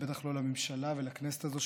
ובטח לא לממשלה ולכנסת הזאת,